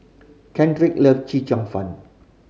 Cedrick love Chee Cheong Fun